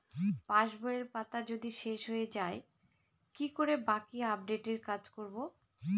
পাসবইয়ের পাতা যদি শেষ হয়ে য়ায় কি করে বাকী আপডেটের কাজ করব?